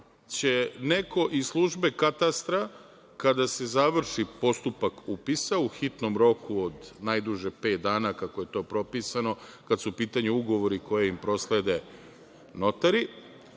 će neko iz službe katastra kada se završi postupak upisa u hitnom roku najduže pet dana kako je to propisano kada u pitanju ugovori koje im proslede notari,